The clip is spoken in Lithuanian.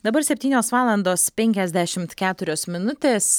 dabar septynios valandos penkiasdešimt keturios minutės